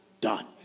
done